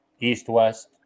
East-West